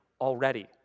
already